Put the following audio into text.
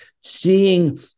seeing